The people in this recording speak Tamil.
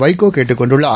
வைகோ கேட்டுக் கொண்டுள்ளார்